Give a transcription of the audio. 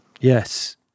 Yes